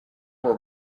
were